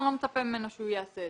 אתה לא מצפה ממנו שהוא יעשה.